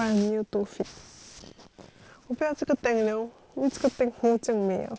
我不要这个了 tank 因为这个 tank 没有这么美了